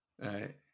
Right